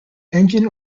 engine